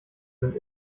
sind